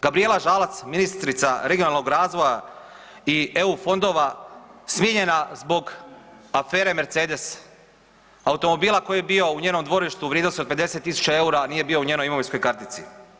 Gabrijela Žalac ministrica regionalnog razvoja i EU fondova smijenjena zbog afere Mercedes, automobila koji je bio u njenom dvorištu u vrijednosti od 50 tisuća eura a nije bio u njenoj imovinskoj kartici.